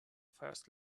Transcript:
first